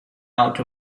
out